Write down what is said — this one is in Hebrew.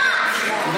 אבל